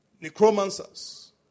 necromancers